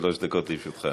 שלוש דקות לרשותך.